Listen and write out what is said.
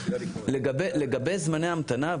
לגבי זמני המתנה,